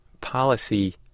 policy